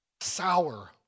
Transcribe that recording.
sour